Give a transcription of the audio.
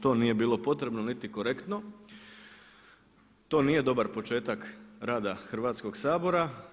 To nije bilo potrebno niti korektno, to nije dobar početak rada Hrvatskoga sabora.